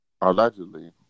Allegedly